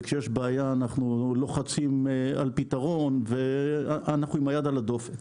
וכשיש בעיה אנחנו לוחצים על פתרון ואנחנו עם היד על הדופק.